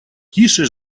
тише